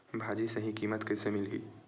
भाजी सही कीमत कइसे मिलही?